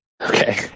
Okay